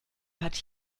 hat